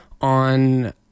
on